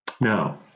Now